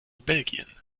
belgien